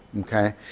okay